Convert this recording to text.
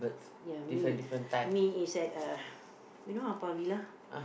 ya me me is at a you know Haw-Par-Villa